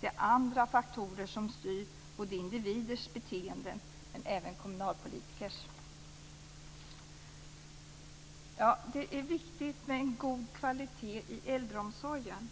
Det är andra faktorer som styr både individers och kommunalpolitikers beteenden. Det är viktigt med en god kvalitet i äldreomsorgen.